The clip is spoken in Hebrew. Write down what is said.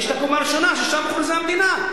יש הקומה הראשונה, ששם הוכרזה המדינה.